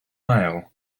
ail